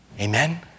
Amen